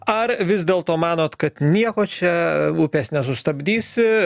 ar vis dėlto manot kad nieko čia upės nesustabdysi